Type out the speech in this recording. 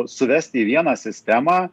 suvesti į vieną sistemą